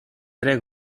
ere